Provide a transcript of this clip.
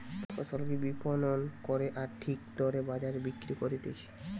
ফসলকে বিপণন করে আর ঠিক দরে বাজারে বিক্রি করতিছে